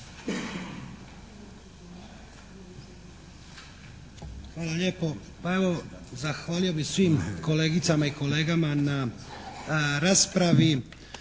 Hvala lijepo. Pa evo, zahvaljujem svim kolegicama i kolegama na raspravi.